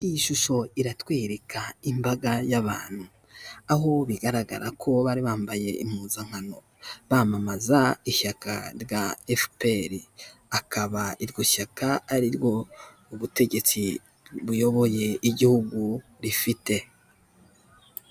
Iyi shusho iratwereka imbaga y'abantu aho bigaragara ko bari bambaye impuzankano bamamaza ishyaka rya efuperi, akaba iryo shyaka ariryo ubutegetsi buyoboye igihugu rifite.